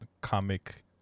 comic